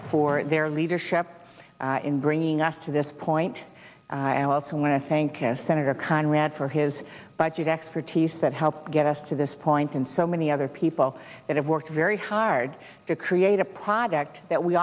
for their leadership in bringing us to this point i also want to thank senator conrad for his budget expertise that helped get us to this point and so many other people that have worked very hard to create a product that we